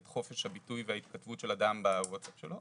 חופש הביטוי וההתכתבות של אדם בווטסאפ שלו,